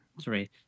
Three